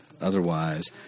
otherwise